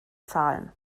zahlen